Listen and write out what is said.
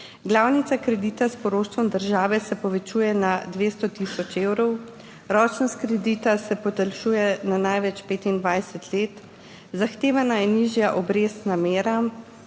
Glavnica kredita s poroštvom države se povečuje na 200 tisoč evrov, ročnost kredita se podaljšuje na največ 25 let, zahtevana je nižja obrestna mera,